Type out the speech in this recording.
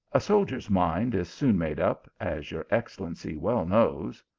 a soldier s mind is soon made up, as your excellency well knows.